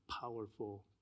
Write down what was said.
powerful